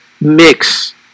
mix